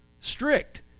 strict